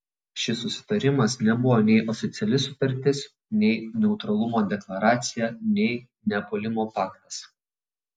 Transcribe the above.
šis susitarimas nebuvo nei oficiali sutartis nei neutralumo deklaracija nei nepuolimo paktas